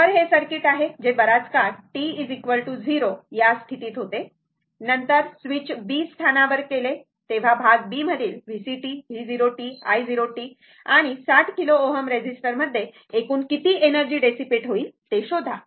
तर हे सर्किट आहे जे बराच काळ t 0 या स्थितीत होते नंतर स्विच बी स्थानावर केले तेव्हा भाग बी मधील Vct V0t i0t आणि 60 किलोΩ रेझिस्टर मध्ये एकूण किती एनर्जा डेसीपेट होईल ते शोधा